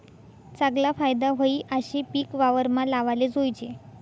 चागला फायदा व्हयी आशे पिक वावरमा लावाले जोयजे